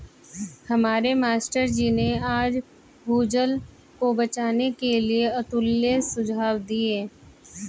हमारे मास्टर जी ने आज भूजल को बचाने के लिए अतुल्य सुझाव दिए